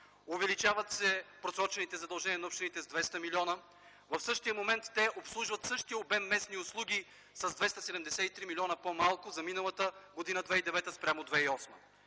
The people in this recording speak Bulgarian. увеличават се просрочените задължения на общините с 200 милиона. В същия момент обслужват същия обем местни услуги с 273 милиона по-малко за миналата година 2009 спрямо 2008.